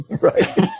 Right